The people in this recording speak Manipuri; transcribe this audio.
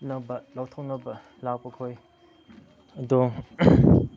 ꯅꯕ ꯂꯧꯊꯣꯛꯅꯕ ꯂꯥꯛꯄꯈꯣꯏ ꯑꯗꯣ